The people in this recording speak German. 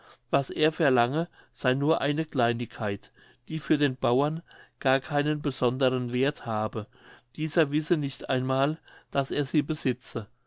was er verlange sey nur eine kleinigkeit die für den bauern gar keinen besonderen werth habe dieser wisse nicht einmal daß er sie besitze